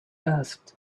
asked